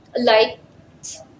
lights